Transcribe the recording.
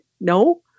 No